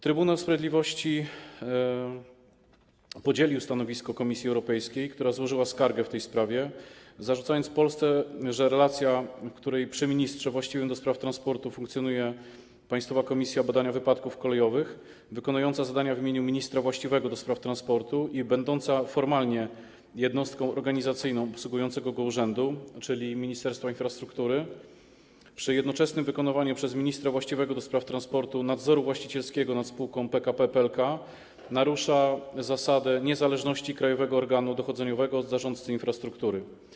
Trybunał Sprawiedliwości podzielił stanowisko Komisji Europejskiej, która złożyła skargę w tej sprawie, zarzucając Polsce, że relacja, w której przy ministrze właściwym do spraw transportu funkcjonuje Państwowa Komisja Badania Wypadków Kolejowych wykonująca zadania w imieniu ministra właściwego do spraw transportu i będąca formalnie jednostką organizacyjną obsługującego go urzędu, czyli Ministerstwa Infrastruktury, przy jednoczesnym wykonywaniu przez ministra właściwego do spraw transportu nadzoru właścicielskiego nad spółką PKP PLK, narusza zasadę niezależności krajowego organu dochodzeniowego od zarządcy infrastruktury.